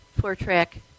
four-track